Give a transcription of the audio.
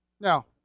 Now